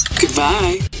Goodbye